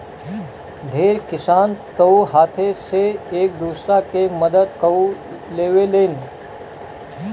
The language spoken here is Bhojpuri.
ढेर किसान तअ हाथे से एक दूसरा के मदद कअ लेवेलेन